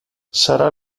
sarà